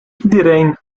iedereen